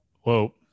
whoa